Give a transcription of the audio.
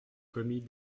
commis